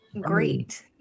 great